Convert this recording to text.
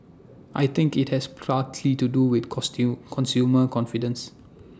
I think IT has to do with consumer confidence